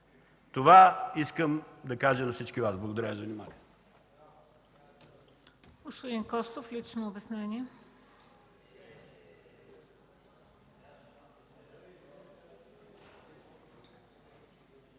Това искам да кажа на всички Вас. Благодаря Ви за вниманието.